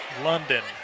London